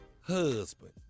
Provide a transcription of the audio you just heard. husband